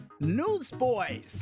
Newsboys